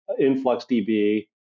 InfluxDB